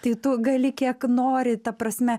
tai tu gali kiek nori ta prasme